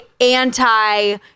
anti